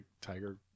tiger